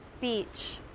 Beach